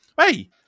Hey